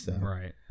Right